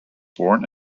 born